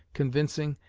convincing,